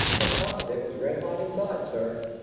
the top of it was red hot inside, sir.